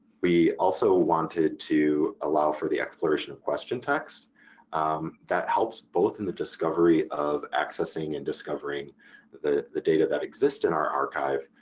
we also wanted to allow for the exploration of question text that helps both in the discovery of, accessing and discovering the the data that exists in our archive,